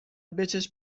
بچش